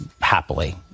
happily